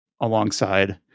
alongside